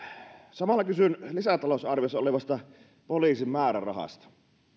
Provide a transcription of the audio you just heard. samalla kysyn lisätalousarviossa olevasta poliisin määrärahasta